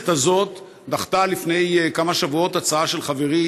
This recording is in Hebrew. הכנסת הזאת דחתה לפני כמה שבועות הצעה של חברי